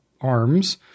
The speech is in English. arms